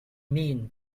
mean